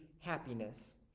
happiness